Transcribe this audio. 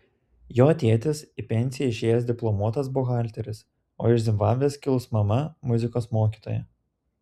jo tėtis į pensiją išėjęs diplomuotas buhalteris o iš zimbabvės kilus mama muzikos mokytoja